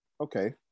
Okay